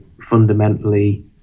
fundamentally